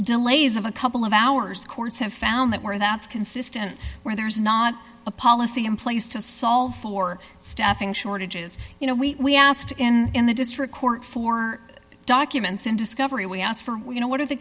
delays of a couple of hours courts have found that where that's consistent where there's not a policy in place to solve for staffing shortages you know we asked in in the district court for documents in discovery we asked for you know what are the